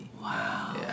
Wow